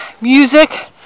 music